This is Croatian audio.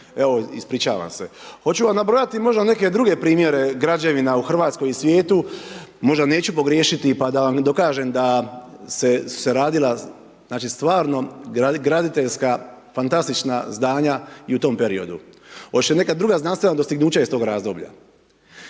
Evo, ispričavam se. Hoću vam nabrojati možda neke druge primjere građevina u Hrvatskoj i svijetu, možda neću pogriješiti pa da vam dokažem da su se radila, znači stvarno graditeljska fantastična zdanja i u tom periodu. Hoćete neka druga znanstvena dostignuća iz tog razloga?